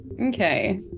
Okay